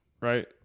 Right